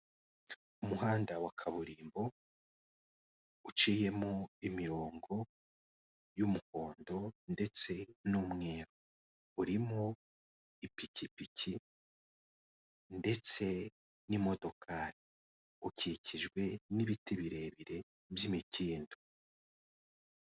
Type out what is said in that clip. Umuhanda wa kaburimbo uciyemo imirongo y'umuhondo ndetse n'umweru urimo ipikipiki ndetse n'imodokari ukikijwe n'ibiti birebire by'imikindo.